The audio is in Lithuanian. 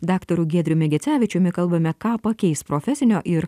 daktaru giedriumi gecevičiumi kalbame ką pakeis profesinio ir